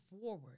forward